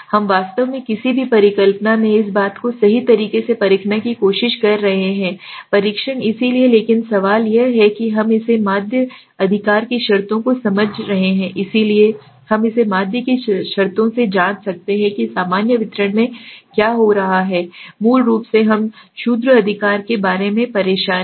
हम वास्तव में किसी भी परिकल्पना में इस बात को सही तरीके से परखने की कोशिश कर रहे हैं परीक्षण इसलिए लेकिन सवाल यह है कि हम इसे माध्य अधिकार की शर्तों से समझ रहे हैं इसलिए हम इसे माध्य की शर्तों से जाँच सकते हैं कि सामान्य वितरण में क्या हो रहा है ठीक है मूल रूप से हम क्षुद्र अधिकार के बारे में परेशान हैं